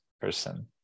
person